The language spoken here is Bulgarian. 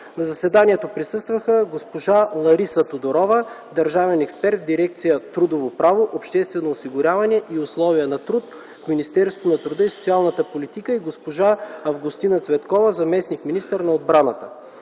На заседанието присъстваха госпожа Лариса Тодорова, държавен експерт в дирекция „Трудово право, обществено осигуряване и условия на труд” в Министерството на труда и социалната политика, и госпожа Августина Цветкова, заместник-министър на отбраната.